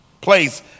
place